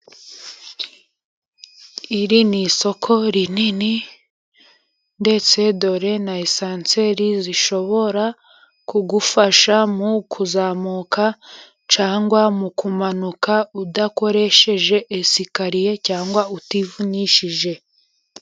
Iri ni isoko rinini. Ndetse dore na esanseri zishobora kugufasha mu kuzamuka, cyangwa mu kumanuka, udakoresheje esikariya cyangwa utivunishije.